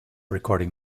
recording